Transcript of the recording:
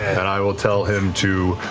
and i will tell him to